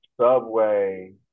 subway